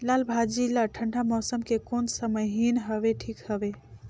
लालभाजी ला ठंडा मौसम के कोन सा महीन हवे ठीक हवे?